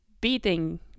beating